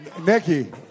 Nikki